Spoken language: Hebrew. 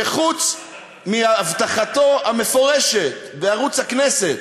שחוץ מהבטחתו המפורשת בערוץ הכנסת